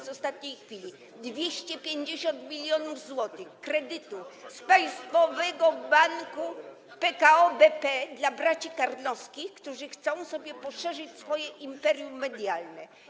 Z ostatniej chwili: 250 mln zł kredytu z państwowego banku PKO BP dla braci Karnowskich, którzy chcą poszerzyć swoje imperium medialne.